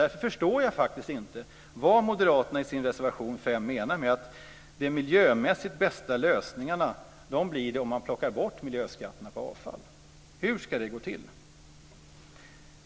Därför förstår jag faktiskt inte vad Moderaterna i sin reservation 5 menar med att det blir de miljömässigt bästa lösningarna om man plockar bort miljöskatterna på avfall. Hur ska det gå till?